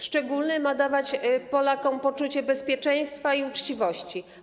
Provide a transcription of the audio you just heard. Szczególny, gdyż ma dawać Polakom poczucie bezpieczeństwa i uczciwości.